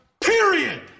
period